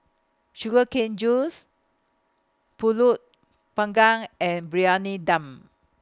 Sugar Cane Juice Pulut Panggang and Briyani Dum